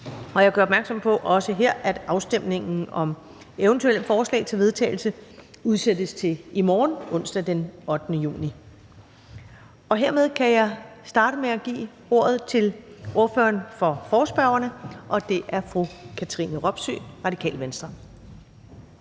også her opmærksom på, at afstemningen om eventuelle forslag til vedtagelse udsættes til i morgen, onsdag den 8. juni 2022. Hermed kan jeg starte med at give ordet til ordføreren for forespørgerne, og det er fru Katrine Robsøe, Radikale Venstre.